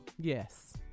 Yes